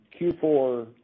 Q4